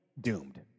doomed